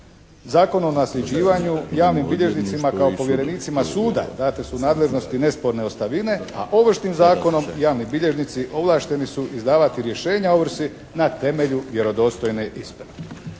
Zakon o nasljeđivanju javnim bilježnicima kao povjerenicima suda date su nadležnosti nesporne ostavine, a Ovršnim zakonom javni bilježnici ovlašteni su izdavati rješenja ovrsi na temelju vjerodostojne isprave.